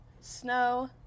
Snow